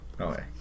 Okay